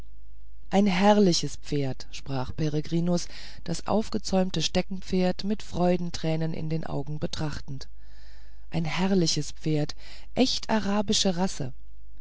ein herrliches pferd sprach peregrinus das aufgezäumte steckenpferd mit freudentränen in den augen betrachtend ein herrliches pferd echt arabische rasse